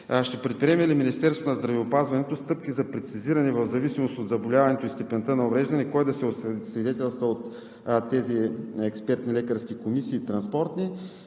Ще предприеме ли Министерството на здравеопазването стъпки за прецизиране в зависимост от заболяването и степента на увреждане кой да се освидетелства от тези транспортни областни лекарски експертни